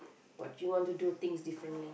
what you want to do things differently